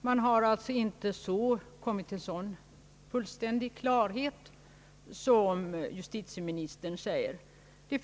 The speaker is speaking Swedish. Man har alltså inte kommit till en sådan fullständig klarhet som justitieministern hävdar.